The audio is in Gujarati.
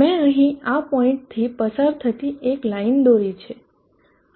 મે અહીં આ પોઈન્ટથી પસાર થતી એક લાઈન દોરી છે